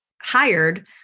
hired